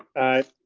i.